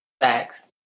Facts